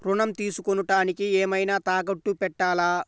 ఋణం తీసుకొనుటానికి ఏమైనా తాకట్టు పెట్టాలా?